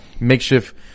makeshift